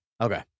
Okay